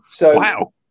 Wow